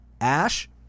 Ash